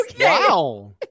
Wow